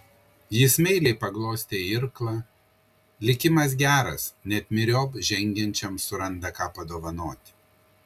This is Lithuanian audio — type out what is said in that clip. jis meiliai paglostė irklą likimas geras net myriop žengiančiam suranda ką padovanoti